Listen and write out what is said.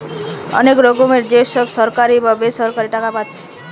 অনেক রকমের যে সব সরকারি বা বেসরকারি টাকা পাচ্ছে